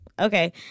okay